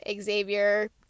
Xavier